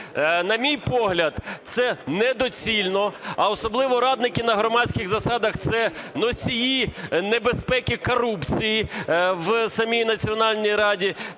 На мій погляд, це недоцільно, а особливо радники на громадських засадах це носії небезпеки корупції в самій Національній раді,